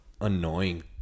annoying